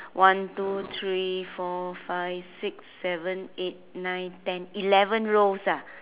one two three four five six seven eight nine ten eleven rows ah